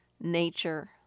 nature